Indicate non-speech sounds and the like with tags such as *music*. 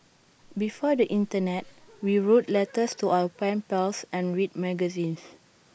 before the Internet *noise* we wrote letters to our pen pals and read magazines